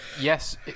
yes